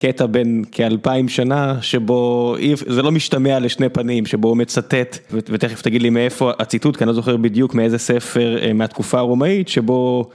קטע בין כאלפיים שנה שבו, זה לא משתמע לשני פנים שבו הוא מצטט ותכף תגיד לי מאיפה הציטוט כי אני לא זוכר בדיוק מאיזה ספר מהתקופה הרומאית שבו.